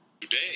Today